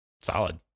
solid